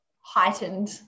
heightened